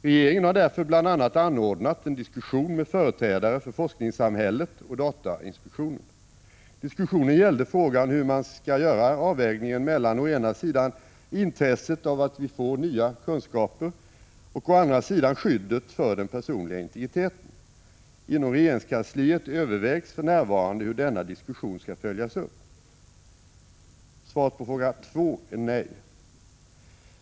Regeringen har därför bl.a. anordnat en diskussion med företrädare för forskningssamhället och datainspektionen. Diskussionen gällde frågan hur man skall göra avvägningen mellan å ena sidan intresset av att vi får nya kunskaper och å andra sidan skyddet för den personliga integriteten. Inom regeringskansliet övervägs för närvarande hur denna diskussion skall följas upp. Svaret på fråga 2 är nej.